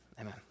amen